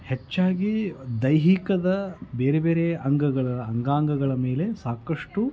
ಹೆಚ್ಚಾಗಿ ದೈಹಿಕದ ಬೇರೆ ಬೇರೆ ಅಂಗಗಳ ಅಂಗಾಂಗಗಳ ಮೇಲೆ ಸಾಕಷ್ಟು